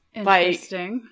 interesting